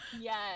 yes